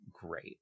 great